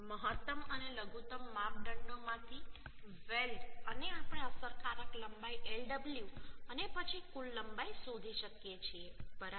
મહત્તમ અને લઘુત્તમ માપદંડો માંથી વેલ્ડ અને આપણે અસરકારક લંબાઈ Lw અને પછી કુલ લંબાઈ શોધી શકીએ છીએ બરાબર